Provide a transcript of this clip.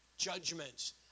Judgments